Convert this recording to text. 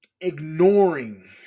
ignoring